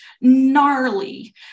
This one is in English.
gnarly